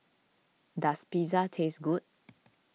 does Pizza taste good